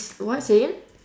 what say again